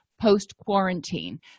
post-quarantine